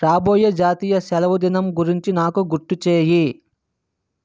రాబోయే జాతీయ సెలవుదినం గురించి నాకు గుర్తు చేయి